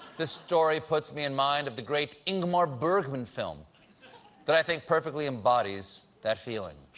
this story puts me in mind of the great ingmar bergman film that i think perfectly embodies that feeling.